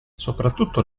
soprattutto